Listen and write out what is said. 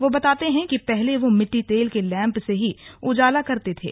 यो बताते हैं कि पहले वो मिट्टी तेल के लैंप से ही उजाला करते थे